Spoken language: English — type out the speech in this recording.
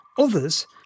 Others